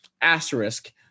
Asterisk